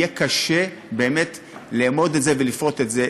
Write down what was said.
יהיה קשה באמת לאמוד את זה ולפרוט את זה